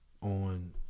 on